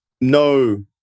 no